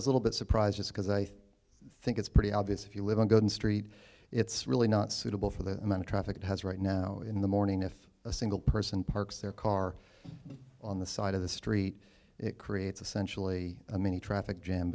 was little bit surprised because i think it's pretty obvious if you live on golden street it's really not suitable for the amount of traffic it has right now in the morning if a single person parks their car on the side of the street it creates a sensually many traffic jam